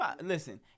Listen